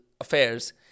Affairs